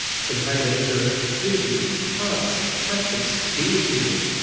so time in nature community. hugs. touches. being with people.